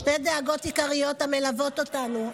שתי דאגות עיקריות המלוות אותנו,